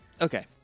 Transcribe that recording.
Okay